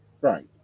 Right